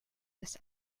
this